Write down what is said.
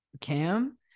cam